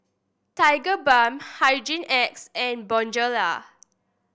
Tigerbalm Hygin X and Bonjela